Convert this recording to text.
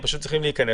הם פשוט צריכים להיכנס